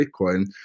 Bitcoin